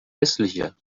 hässlicher